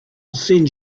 send